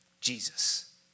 Jesus